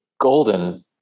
golden